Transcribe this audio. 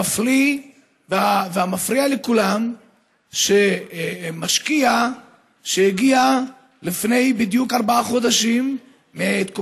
המפליא והמפריע לכולם הוא שמשקיע שהגיע לפני ארבעה חודשים בדיוק,